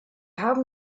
haben